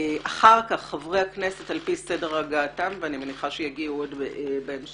לאחר מכן חברי הכנסת על פי סדר הגעתם ואני מניחה שיגיעו עוד בהמשך.